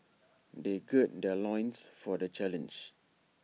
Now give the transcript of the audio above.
they gird their loins for the challenge